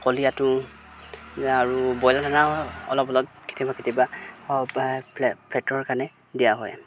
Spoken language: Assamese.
ফলিয়াটো আৰু বইলাৰ ধানাও অলপ অলপ কেতিয়াবা কেতিয়াবা ফেটৰ কাৰণে দিয়া হয়